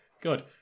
good